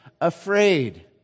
afraid